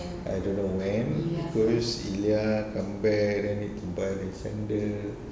I don't know when because ilya come back I need to buy the sandal